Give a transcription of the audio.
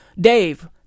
Dave